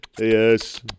Yes